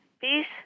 peace